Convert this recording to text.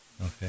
Okay